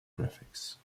graphics